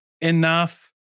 enough